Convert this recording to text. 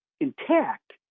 intact